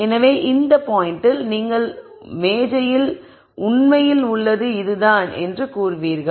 எனவே இந்த பாயிண்டில் நீங்கள் உண்மையில் மேஜையில் உள்ளதெல்லாம் இதுதான் என்று கூறுவீர்கள்